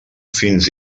fins